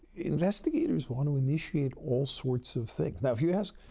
investigators want to initiate all sorts of things. now, if you ask,